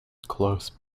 close